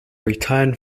return